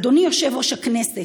אדוני יושב-ראש הכנסת,